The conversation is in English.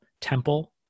temple